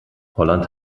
holland